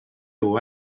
aux